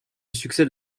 succède